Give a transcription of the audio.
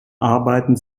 arbeiten